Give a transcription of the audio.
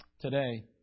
Today